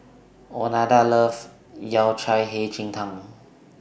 Oneida loves Yao Cai Hei Ji Tang